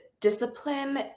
discipline